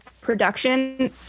production